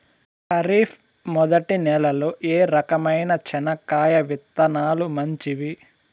ఖరీఫ్ మొదటి నెల లో ఏ రకమైన చెనక్కాయ విత్తనాలు మంచివి